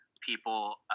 people